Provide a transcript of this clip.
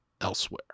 elsewhere